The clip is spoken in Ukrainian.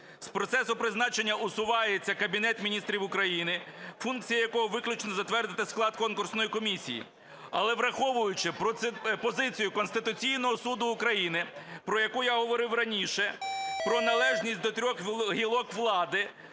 З процесу призначення усувається Кабінет Міністрів України, функція якого виключно затвердити склад конкурсної комісії. Але, враховуючи позицію Конституційного Суду України, про яку я говорив раніше, про належність до трьох гілок влади,